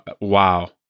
wow